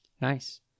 nice